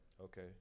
okay